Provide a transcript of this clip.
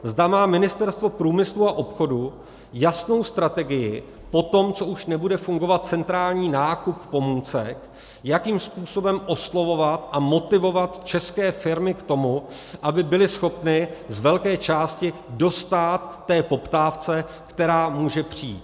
Zda má Ministerstvo průmyslu a obchodu jasnou strategii poté, co už nebude fungovat centrální nákup pomůcek, jakým způsobem oslovovat a motivovat české firmy k tomu, aby byly schopny z velké části dostát té poptávce, která může přijít.